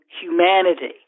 humanity